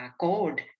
code